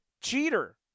cheater